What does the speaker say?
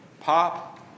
Pop